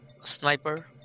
Sniper